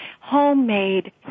homemade